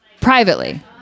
privately